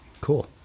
Cool